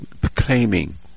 proclaiming